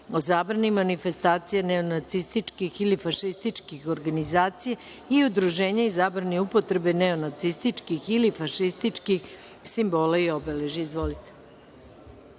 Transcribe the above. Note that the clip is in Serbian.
o zabrani manifestacije neonacističkih ili fašističkih organizacija i udruženja i zabrani upotrebe neonacističkih ili fašističkih simbola i obeležja. Da li